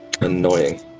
annoying